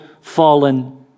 fallen